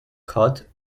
cut